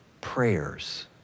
prayers